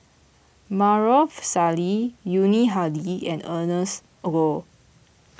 Maarof Salleh Yuni Hadi and Ernest Goh